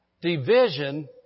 Division